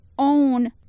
own